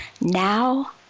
now